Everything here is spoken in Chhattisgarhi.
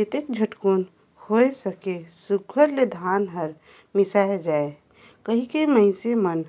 जेतना झटकुन होए सके सुग्घर ले धान हर मिसाए जाए कहिके मइनसे मन